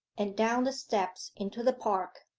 and down the steps into the park.